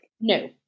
No